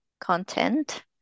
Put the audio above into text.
content